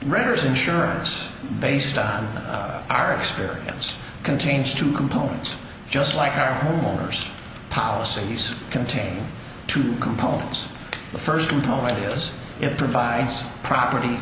renters insurance based on our experience contains two components just like our homeowners policies contain two components the first component is it provides property